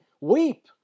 weep